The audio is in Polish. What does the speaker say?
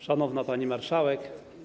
Szanowna Pani Marszałek!